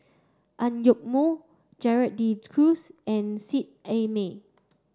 Ang Yoke Mooi Gerald De Cruz and Seet Ai Mee